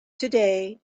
today